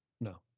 No